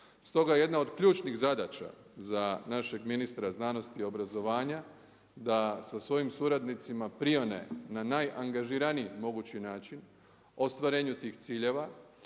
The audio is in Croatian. Stoga jedna od ključnih zadaća za našeg ministra znanosti, obrazovanja da sa svojim suradnicima prione na najangažiraniji mogući način ostvarenju tih ciljeva